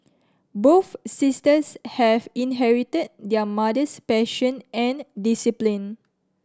both sisters have inherited their mother's passion and discipline